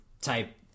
type